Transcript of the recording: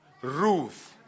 Ruth